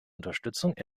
unterstützung